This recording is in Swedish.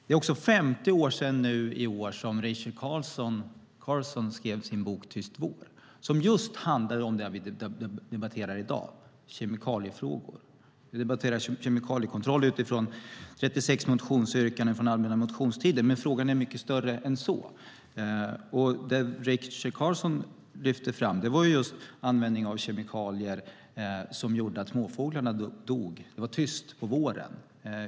Det är också 50 år sedan som Rachel Carson skrev sin bok Tyst vår . Den handlade om just det som vi debatterar i dag, nämligen kemikaliefrågor. Vi debatterar kemikaliekontroll utifrån 36 motionsyrkanden från allmänna motionstiden. Men frågan är mycket större än så. Rachel Carson lyfte fram frågan om användningen av kemikalier som gjorde att småfåglarna dog. Det var tyst på våren.